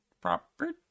property